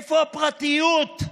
איפה הפרטיות?